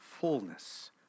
fullness